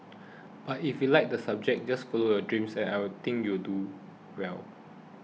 but if you like the subject just follow your dreams and I think you'll do well